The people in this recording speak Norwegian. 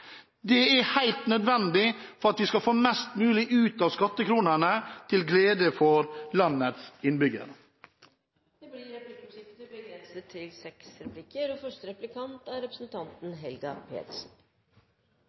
Det er helt nødvendig for at vi skal få mest mulig ut av skattekronene til glede for landets innbyggere. Det blir replikkordskifte.